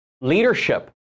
leadership